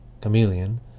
Chameleon